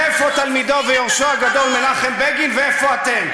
ואיפה תלמידו ויורשו הגדול מנחם בגין ואיפה אתם?